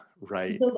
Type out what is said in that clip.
right